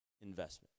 investment